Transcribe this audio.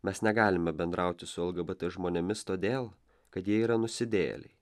mes negalime bendrauti su lgbt žmonėmis todėl kad jie yra nusidėjėliai